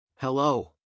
Hello